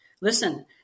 listen